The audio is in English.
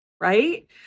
right